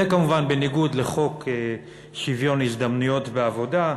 זה, כמובן, בניגוד לחוק שוויון ההזדמנויות בעבודה,